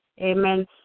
Amen